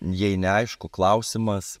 jai neaišku klausimas